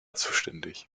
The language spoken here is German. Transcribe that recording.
zuständig